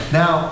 now